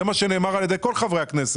זה מה שנאמר על ידי כל חברי הכנסת.